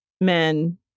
men